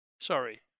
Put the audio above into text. sorry